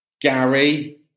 Gary